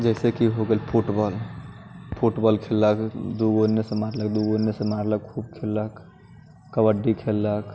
जैसे की हो गेल फुटबॉल फुटबॉल खेललक दू गो इनेसँ मारलक दू गो उन्नेसँ मारलक खूब खेललक कबड्डी खेललक